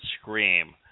scream